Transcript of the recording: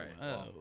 right